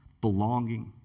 belonging